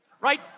Right